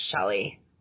Shelly